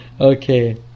Okay